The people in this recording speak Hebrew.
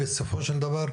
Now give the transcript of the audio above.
על מנת שבסופו של דבר,